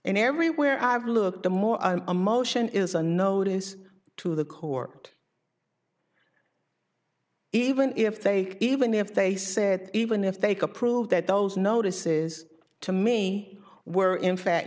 in everywhere i've looked the more a motion is a notice to the court even if they even if they said even if they could prove that those notices to me were in fact